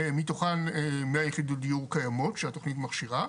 מתוכן מאה יחידות דיור קיימות שהתכנית מכשירה.